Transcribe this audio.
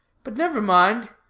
but never mind.